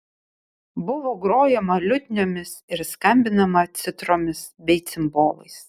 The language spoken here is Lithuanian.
buvo grojama liutniomis ir skambinama citromis bei cimbolais